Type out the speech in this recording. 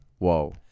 Whoa